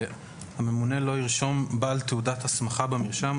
מרשם בעלי תעודות הסמכה 2ד. (ב) הממונה לא ירשום בעל תעודת הסמכה במרשם,